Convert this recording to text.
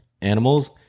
animals